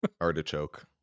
Artichoke